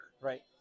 Right